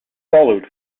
followed